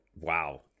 wow